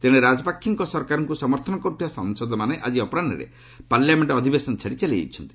ତେଣେ ରାଜପାକ୍ଷେଙ୍କ ସରକାରଙ୍କୁ ସମର୍ଥନ କରୁଥିବା ସାଂସଦମାନେ ଆଜି ଅପରାହୁରେ ପାର୍ଲାମେଣ୍ଟ ଅଧିବେଶନ ଛାଡ଼ି ଚାଲିଯାଇଛନ୍ତି